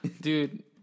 Dude